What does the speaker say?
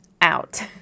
out